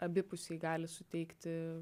abipusiai gali suteikti